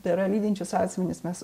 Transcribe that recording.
tai yra lydinčius asmenis mes